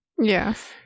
Yes